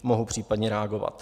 Mohou případně reagovat.